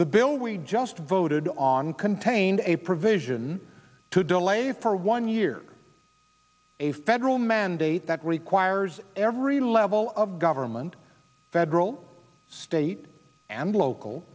the bill we just voted on contains a provision to delay for one year a federal mandate that requires every level of government federal state and local